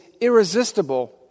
irresistible